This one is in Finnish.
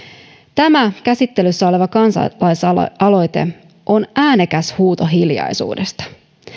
tämä käsittelyssä oleva kansalaisaloite on äänekäs huuto hiljaisuudesta